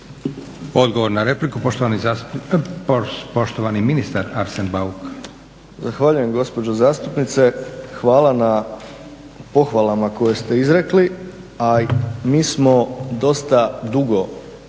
Odgovor na repliku poštovani ministar Arsen Bauk. **Bauk, Arsen (SDP)** Zahvaljujem gospođo zastupnice, hvala na pohvalama koje ste izrekli a i mi smo dosta dugo